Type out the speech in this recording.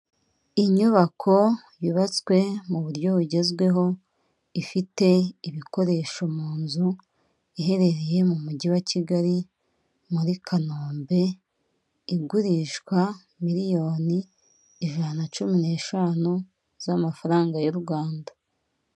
Inyubako yubatswe mu buryo bugezweho, ifite ibikoresho mu nzu, iherereye mu mujyi wa Kigali muri Kanombe, igurishwa miliyoni ijana na cumi n'eshanu z'amafaranga y' u Rwanda.